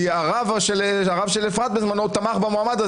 כי הרב של אפרת בזמנו תמך במועמד הזה.